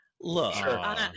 look